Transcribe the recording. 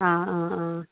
ആ ആ ആ